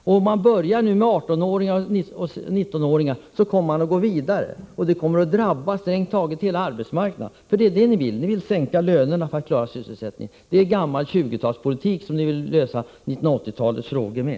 Om man börjar med 18 och 19-åringar, kommer man sedan att gå vidare. Detta kommer att drabba strängt taget hela arbetsmarknaden, det är det ni vill — ni vill sänka lönerna för att klara sysselsättningen, det är gammal 20-talspolitik som ni vill lösa 1980-talets frågor med.